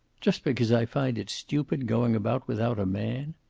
just because i find it stupid going about without a man!